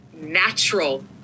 natural